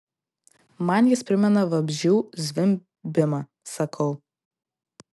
man jis primena vabzdžių zvimbimą sakau